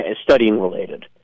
studying-related